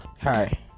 Hi